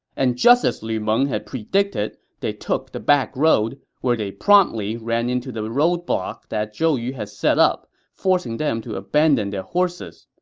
and just as lu meng had predicted, they took the backroad, where they promptly ran into the roadblock that zhou yu had set up, forcing them to abandon their horses.